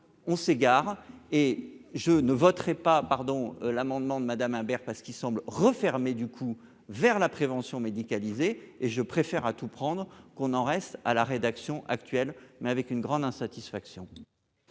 on s'égare et je ne voterai pas, pardon, l'amendement de Madame Imbert, parce qu'il semble refermée du coup vers la prévention médicalisé et je préfère à tout prendre qu'on en reste à la rédaction actuelle mais avec une grande insatisfaction.